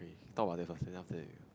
talk about that first then after that we